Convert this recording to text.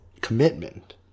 commitment